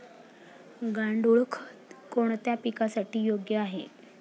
गांडूळ खत कोणत्या पिकासाठी योग्य आहे?